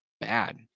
bad